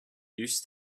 used